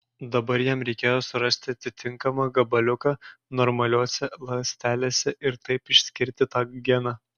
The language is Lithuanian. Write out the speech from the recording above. dabar jam reikėjo surasti atitinkamą gabaliuką normaliose ląstelėse ir taip išskirti tą geną